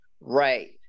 Right